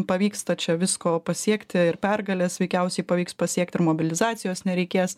pavyksta čia visko pasiekti ir pergales veikiausiai pavyks pasiekti ir mobilizacijos nereikės